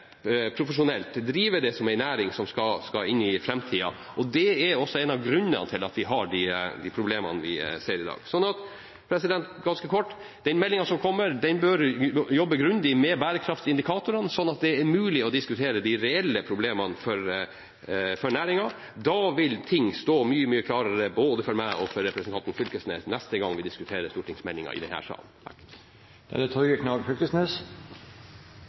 profesjonelt, drive det som en næring som skal inn i framtida. Det er også en av grunnene til at vi har de problemene vi ser i dag. Ganske kort: I den meldingen som kommer, bør det jobbes grundig med bærekraftindikatorene, sånn at det er mulig å diskutere de reelle problemene for næringen. Da vil det stå mye klarere både for meg og for representanten Knag Fylkesnes neste gang vi diskuterer stortingsmeldingen i denne salen. Det var sjølvsagt reindriftsavtalen eg snakka om i denne omgang – så er det